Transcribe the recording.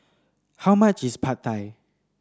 how much is Pad Thai